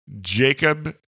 Jacob